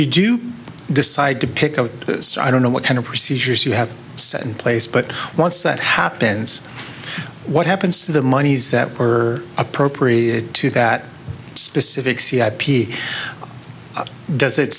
you do decide to pick up i don't know what kind of procedures you have set in place but once that happens what happens to the monies that are appropriate to that specific c ip does it